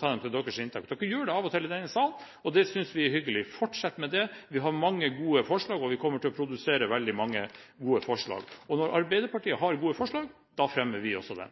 ta det til inntekt for partiets politikk! De gjør det av og til i denne salen, og det synes vi er hyggelig. Fortsett med det – vi har mange gode forslag! Vi kommer til å produsere veldig mange gode forslag. Når Arbeiderpartiet har gode forslag, fremmer vi også